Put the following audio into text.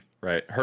right